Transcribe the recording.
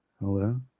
Hello